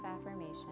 affirmation